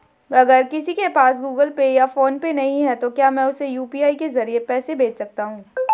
अगर किसी के पास गूगल पे या फोनपे नहीं है तो क्या मैं उसे यू.पी.आई के ज़रिए पैसे भेज सकता हूं?